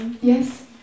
Yes